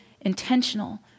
intentional